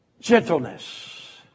gentleness